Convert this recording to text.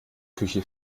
küche